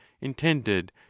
intended